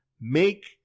make